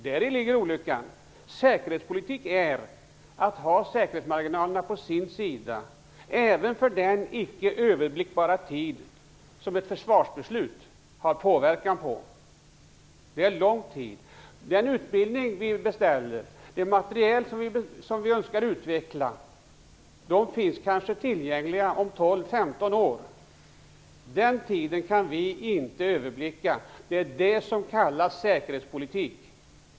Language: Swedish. Däri ligger olyckan. Säkerhetspolitik är att ha säkerhetsmarginalerna på sin sida, även för den icke överblickbara tid som ett försvarsbeslut har påverkan på. Det är en lång tid. Den utbildning vi beställer och den materiel som vi önskar utveckla finns kanske tillgängliga om 12-15 år. Den tiden kan vi inte överblicka. Det är det som kallas säkerhetspolitik.